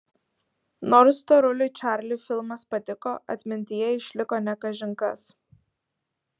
nors storuliui čarliui filmas patiko atmintyje išliko ne kažin kas